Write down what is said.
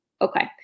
Okay